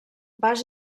pas